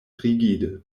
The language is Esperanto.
rigide